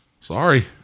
Sorry